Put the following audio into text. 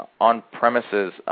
on-premises